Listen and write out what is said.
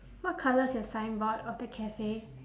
what colour is your signboard of the cafe